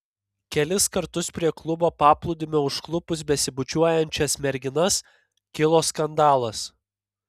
kelis kartus prie klubo paplūdimio užklupus besibučiuojančias merginas kilo skandalas